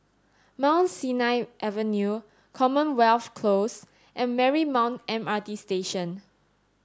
Mount Sinai Avenue Commonwealth Close and Marymount M R T Station